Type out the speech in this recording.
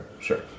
sure